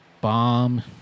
bomb